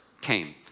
came